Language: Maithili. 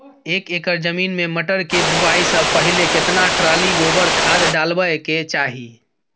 एक एकर जमीन में मटर के बुआई स पहिले केतना ट्रॉली गोबर खाद डालबै के चाही?